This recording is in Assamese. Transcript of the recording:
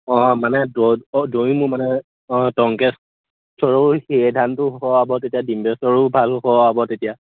অঁ মানে দৈ অঁ দৈ মোৰ মানে অঁ টংকেশ্বৰ সেই ধানটো হোৱা হ'ব তেতিয়া ডিম্বেশ্বৰৰো ভাল হোৱা হ'ব তেতিয়া